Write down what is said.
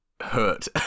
hurt